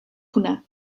hwnna